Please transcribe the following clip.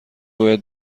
باید